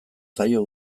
zaio